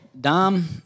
dom